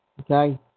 okay